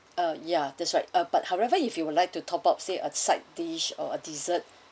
uh yeah that's right ah but however if you would like to top up say a side dish or a dessert